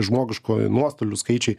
žmogiškojo nuostolių skaičiai